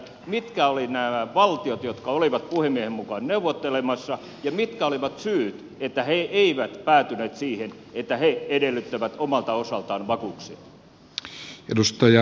mitkä olivat nämä valtiot jotka olivat puhemiehen mukaan neuvottelemassa ja mitkä olivat syyt että ne eivät päätyneet siihen että ne edellyttävät omalta osaltaan vakuuksia